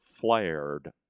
flared